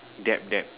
dab dab